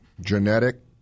genetic